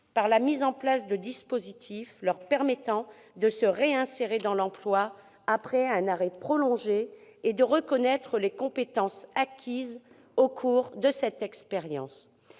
par la mise en place de dispositifs permettant leur réinsertion dans l'emploi après un arrêt prolongé et la reconnaissance des compétences acquises au cours de cette expérience.